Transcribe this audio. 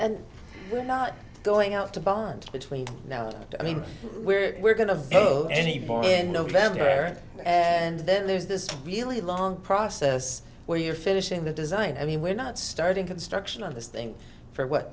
and we're not going out to bond between now and i mean we're we're going to vote anyway and no better and then there's this really long process where you're finishing the design i mean we're not starting construction on this thing for what